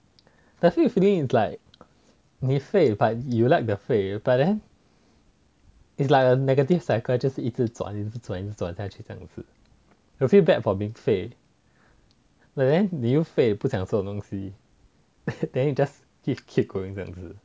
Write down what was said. I feel the feeling is like 你废 but you like the 废 but then it's like a negative cycle 就是一直转一直转一直转下去这样子 you will feel bad for being 废 but then 你又废不想做东西 then you just keep going 这样子